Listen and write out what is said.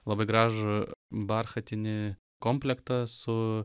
labai gražų barchatinį komplektą su